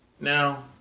Now